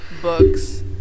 books